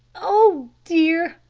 oh, dear!